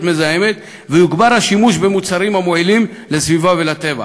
מזהמת ויוגבר השימוש במוצרים המועילים לסביבה ולטבע,